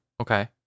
Okay